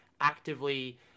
actively